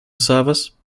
service